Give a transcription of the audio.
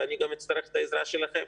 ואני גם אצטרך את העזרה שלכם,